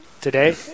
today